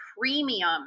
premium